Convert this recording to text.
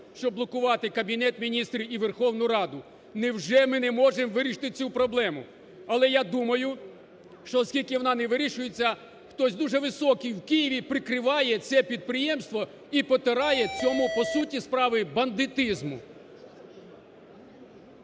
щоб блокувати Кабінет Міністрів і Верховну Раду. Невже ми не можемо вирішити цю проблему? Але я думаю, що оскільки вона не вирішується, хтось дуже "високий" в Києві прикриває це підприємство і потурає цьому по суті справи бандитизму.